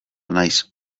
naiz